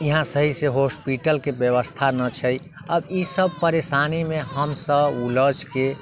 यहाँ सहीसँ हॉस्पिटलके व्यवस्था नहि छै अब ई सब परेशानीमे हमसब उलझिके अपना